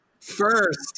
First